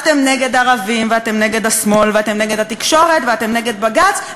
אתם נגד ערבים ואתם נגד השמאל ואתם נגד התקשורת ואתם נגד בג"ץ,